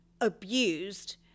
abused